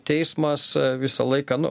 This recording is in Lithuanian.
teismas visą laiką nu